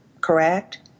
correct